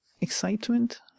excitement